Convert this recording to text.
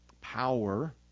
power